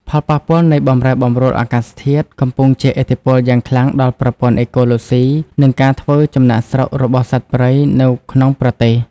ផលប៉ះពាល់នៃបម្រែបម្រួលអាកាសធាតុកំពុងជះឥទ្ធិពលយ៉ាងខ្លាំងដល់ប្រព័ន្ធអេកូឡូស៊ី និងការធ្វើចំណាកស្រុករបស់សត្វព្រៃនៅក្នុងប្រទេស។